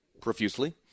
profusely